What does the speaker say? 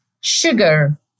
sugar